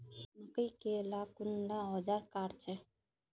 मकई के ला कुंडा ओजार काट छै?